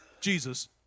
Jesus